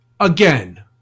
Again